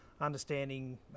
understanding